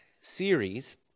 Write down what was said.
series